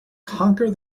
conquer